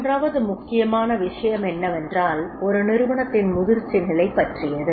மூன்றாவது முக்கியமான விஷயம் என்னவென்றால் ஒரு நிறுவனத்தின் முதிர்ச்சி நிலை பற்றியது